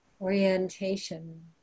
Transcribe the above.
orientation